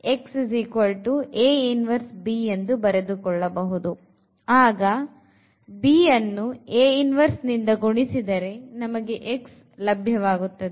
ಆಗ b ಅನ್ನು A 1 ಗುಣಿಸಿದರೆ ನಮಗೆ x ಲಭ್ಯವಾಗುತ್ತದೆ